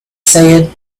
said